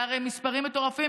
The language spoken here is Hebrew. אלה הרי מספרים מטורפים.